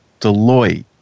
Deloitte